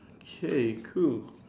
K cool